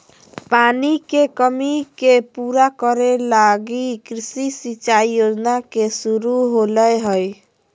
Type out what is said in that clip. पानी के कमी के पूरा करे लगी कृषि सिंचाई योजना के शुरू होलय हइ